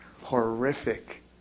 horrific